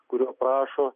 kuriuo prašo